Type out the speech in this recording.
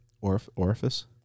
orifice